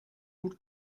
gut